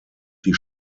die